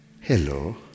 Hello